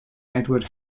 edward